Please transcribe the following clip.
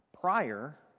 prior